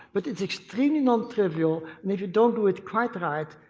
but it's extremely non-trivial, and if you don't do it quite right,